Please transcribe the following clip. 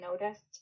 noticed